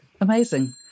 Amazing